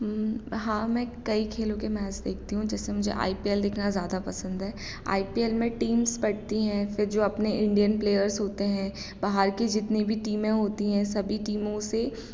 हाँ मैं कई खेलों के मैच देखती हूँ जैसे मुझे आई पी एल देखना ज़्यादा पसंद है आई पी एल में टीम्स बटती है और फिर जो अपने इंडियन प्लेयर्स होते हैं बाहर की जितनी भी टीमें होती हैं सभी टीमों से